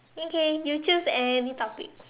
okay you choose any topic